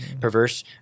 perverse